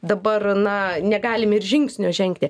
dabar na negalim ir žingsnio žengti